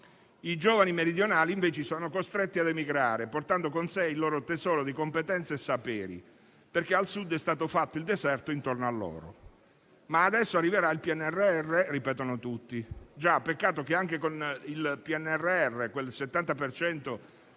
I giovani meridionali, invece, sono costretti ad emigrare, portando con sé il loro tesoro di competenze e saperi, perché al Sud è stato fatto il deserto intorno a loro. Tutti ripetono che adesso arriverà il PNRR, ma peccato che, anche con il PNRR, quel 70